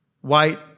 white